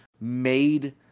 made